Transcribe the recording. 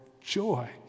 joy